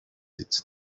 its